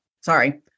Sorry